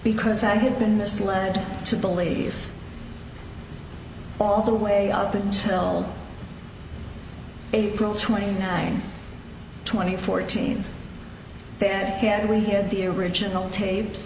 because i had been misled to believe all the way up until april twenty nine twenty fourteen then can we hear the original tapes